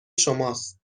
شماست